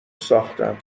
ساختم